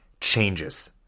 changes